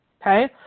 Okay